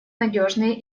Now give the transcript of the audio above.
надежные